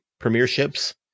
premierships